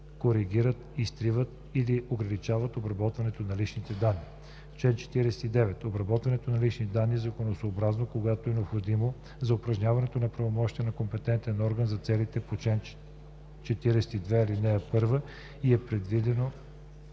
коригират, изтриват или ограничават обработването на личните данни. Чл. 49. Обработването на лични данни е законосъобразно, когато е необходимо за упражняване на правомощия от компетентен орган за целите по чл. 42, ал. 1 и е предвидено